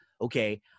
Okay